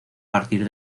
partir